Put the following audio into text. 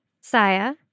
Saya